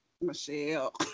Michelle